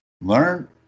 learn